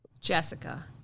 Jessica